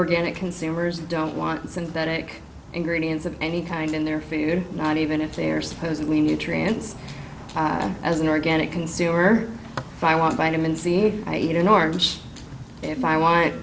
organic consumers don't want synthetic ingredients of any kind in there for you not even if they are supposedly nutrients as an organic consumer if i want vitamin c if i eat an orange if i want